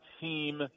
team